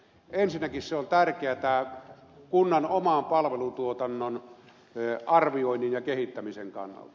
ensinnäkin se on tärkeätä kunnan oman palvelutuotannon arvioinnin ja kehittämisen kannalta